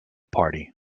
party